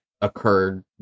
occurred